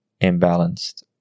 imbalanced